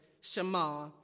Shema